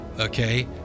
Okay